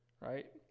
right